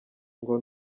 ngo